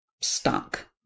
stuck